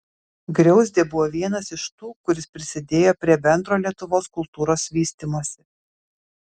griauzdė buvo vienas iš tų kuris prisidėjo prie bendro lietuvos kultūros vystymosi